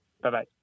Bye-bye